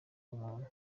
w’umuntu